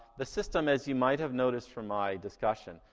the system, as you might have noticed from my discussion,